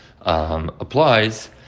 applies